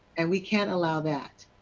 and we cannot allow that.